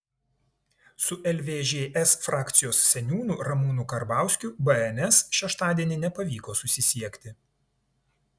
su lvžs frakcijos seniūnu ramūnu karbauskiu bns šeštadienį nepavyko susisiekti